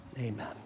Amen